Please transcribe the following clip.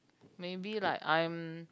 maybe like I'm